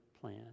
plan